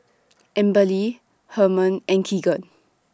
Amberly Herman and Keegan